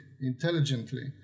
intelligently